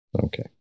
Okay